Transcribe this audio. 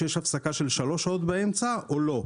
כשיש הפסקה של שלוש שעות באמצע או לא.